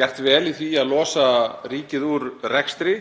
gert vel í því að losa ríkið úr rekstri